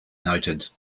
noted